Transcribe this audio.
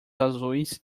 azuis